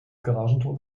garagentor